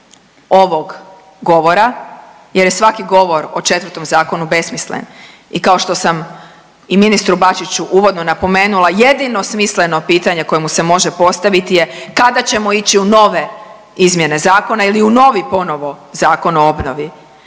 ovog govora jer je svaki govor o 4. zakonu besmislen i kao što sam i ministru Bačiću uvodno napomenula, jedino smisleno pitanje koje mu se može postaviti je kada ćemo ići u nove izmjene zakona ili u novi, ponovo zakon o obnovi